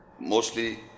mostly